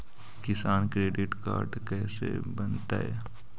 किसान credit card कैसे बनतै?